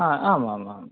हा आम् आम् आम्